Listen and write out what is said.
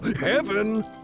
Heaven